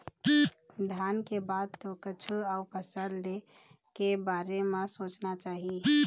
धान के बाद तो कछु अउ फसल ले के बारे म सोचना चाही